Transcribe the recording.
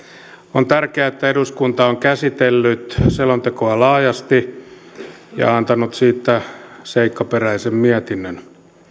on tärkeää että eduskunta on käsitellyt selontekoa laajasti ja antanut siitä seikkaperäisen mietinnön